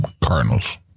Cardinals